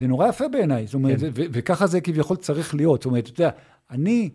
זה נורא יפה בעיניי, זאת אומרת, כן, וככה זה כביכול צריך להיות, זאת אומרת, אתה יודע, אני...